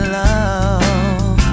love